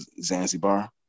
Zanzibar